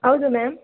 ಹೌದು ಮ್ಯಾಮ್